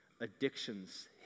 Addictions